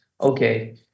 okay